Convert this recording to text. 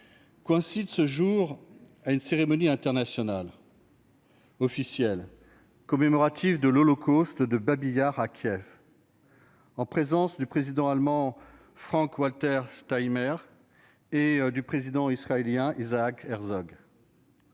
coïncide ce jour avec une cérémonie internationale officielle commémorative de l'Holocauste de Babi Yar à Kiev, en présence du président allemand Frank-Walter Steinmeier et du président israélien Isaac Herzog.